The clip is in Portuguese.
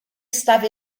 estava